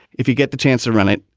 if you get the chance to run it.